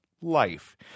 Life